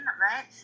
right